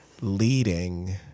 leading